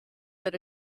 that